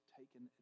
taken